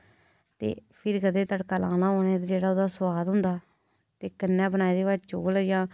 ते फिर कदे तड़का लाना होऐ फिर जेह्ड़ा ओह्दा सोआद होंदा ते कन्नै बनाए दे होए चौल